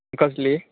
कसली